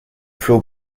flot